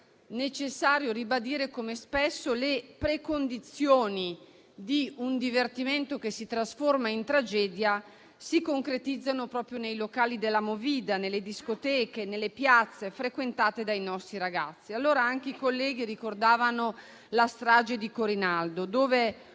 necessario ribadire come spesso le precondizioni di un divertimento che si trasforma in tragedia si concretizzano proprio nei locali della movida, nelle discoteche e nelle piazze frequentate dai nostri ragazzi. Anche i colleghi ricordavano la strage di Corinaldo, un